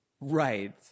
right